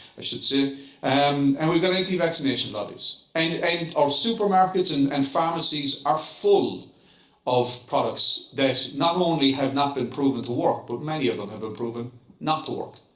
so and and we've got anti-vaccination lobbies. and and our supermarkets and and pharmacies are full of products that not only have not been proven to work, but many of them have a proven not to work.